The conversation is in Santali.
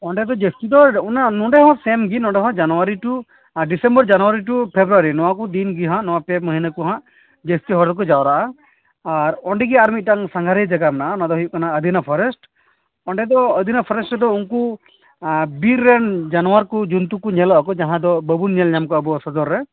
ᱚᱸᱰᱮ ᱫᱚ ᱡᱟᱹᱥᱛᱤ ᱫᱚ ᱚᱱᱟ ᱱᱚᱸᱰᱮ ᱦᱚᱸ ᱥᱮᱹᱢ ᱜᱮ ᱱᱚᱸᱰᱮ ᱦᱚᱸ January to December January to February ᱱᱚᱣᱟ ᱠᱚ ᱫᱤᱱ ᱜᱮ ᱦᱟᱸᱜ ᱱᱚᱣᱟ ᱯᱮ ᱢᱟᱹᱦᱱᱟᱹ ᱠᱚᱦᱟᱸᱜ ᱡᱟᱹᱥᱛᱤ ᱦᱚᱲ ᱫᱚᱠᱚ ᱡᱟᱣᱨᱟᱜᱼᱟ ᱟᱨ ᱚᱸᱰᱮ ᱟᱨ ᱢᱤᱫᱴᱮᱱ ᱥᱟᱸᱜᱷᱟᱨᱤᱭᱟᱹ ᱡᱟᱭᱜᱟ ᱢᱮᱱᱟᱜᱼᱟ ᱚᱱᱟ ᱫᱚ ᱦᱩᱭᱩᱜ ᱠᱟᱱᱟ ᱟᱫᱤᱱᱟ ᱯᱷᱚᱨᱮᱥᱴ ᱚᱸᱰᱮ ᱫᱚ ᱟᱫᱤᱱᱟ ᱯᱷᱚᱨᱮᱥᱴ ᱨᱮᱫᱚ ᱩᱱᱠᱩ ᱵᱤᱨ ᱨᱮᱱ ᱡᱟᱱᱣᱟᱨ ᱠᱚ ᱡᱚᱱᱛᱩ ᱠᱚ ᱧᱮᱞᱚᱜᱼᱟᱠᱚ ᱡᱟᱦᱟᱸ ᱫᱚ ᱵᱟᱵᱚᱱ ᱧᱮᱞ ᱧᱟᱢ ᱠᱚᱣᱟ ᱟᱵᱚᱣᱟᱜ ᱥᱚᱫᱚᱨ ᱨᱮ